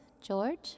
George